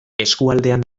eskualdean